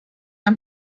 ein